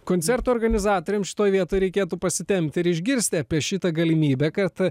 koncerto organizatoriams šitoj vietoj reikėtų pasitempti ir išgirsti apie šitą galimybę kad